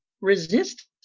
resist